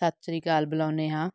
ਸਤਿ ਸ਼੍ਰੀ ਅਕਾਲ ਬੁਲਾਉਦੇ ਹਾਂ